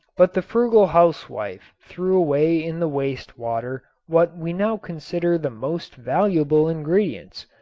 but the frugal housewife threw away in the waste water what we now consider the most valuable ingredients,